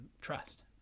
trust